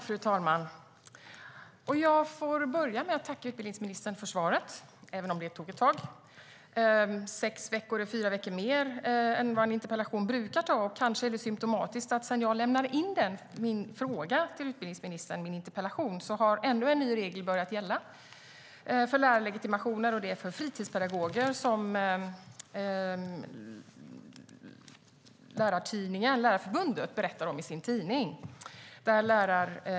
Fru talman! Jag får börja med att tacka utbildningsministern för svaret, även om det tog ett tag. Sex veckor är fyra veckor mer än vad det brukar ta för att få svar på en interpellation. Kanske är det symtomatiskt att sedan jag lämnade in min interpellation till utbildningsministern har ännu en ny regel börjat gälla för lärarlegitimationer, nämligen för fritidspedagoger. Detta berättar Lärarförbundet i sin tidning.